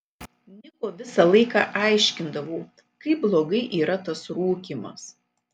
niko visą laiką aiškindavau kaip blogai yra tas rūkymas